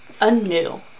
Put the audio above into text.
anew